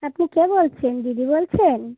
আপনি কে বলছেন দিদি বলছেন